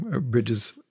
Bridges